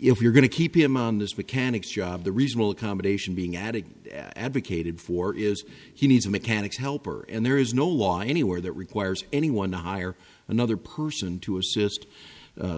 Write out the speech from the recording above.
if you're going to keep him on this mechanics job the reasonable accommodation being addict advocated for is he needs a mechanic's helper and there is no law anywhere that requires anyone to hire another person to assist